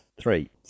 three